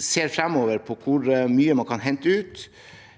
ser fremover, på hvor mye man kan hente ut,